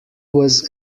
was